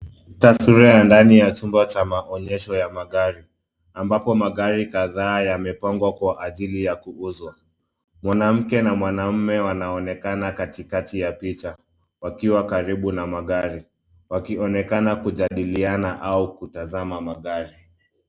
Taswira ya ndani ya chumba cha maonyesho ya magari, ambako magari kadhaa yamepangwa kwa ajili ya kuuzwa. Mwanamke na mwanaume wanaonekana katikati ya picha wakiwa karibu na magari wakionekana kujadiliana au kutazama magari.